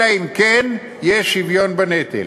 אלא אם כן יהיה שוויון בנטל.